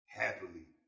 happily